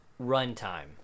runtime